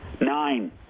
Nine